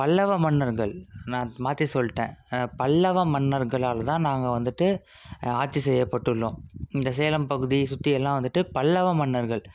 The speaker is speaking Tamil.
பல்லவ மன்னர்கள் நான் மாற்றி சொல்லிட்டேன் பல்லவ மன்னர்களால் தான் நாங்கள் வந்துட்டு ஆட்சி செய்யப்பட்டுள்ளோம் இந்த சேலம் பகுதியை சுற்றியெல்லாம் வந்துட்டு பல்லவ மன்னர்கள்